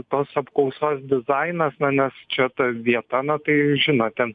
tos apklausos dizainas na nes čia ta vieta na tai žinot ten